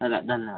चला धन्यवाद